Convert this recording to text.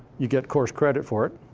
you get course credit for it.